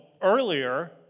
earlier